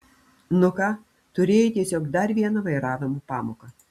nu ką turėjai tiesiog dar vieną vairavimo pamoką